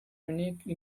unique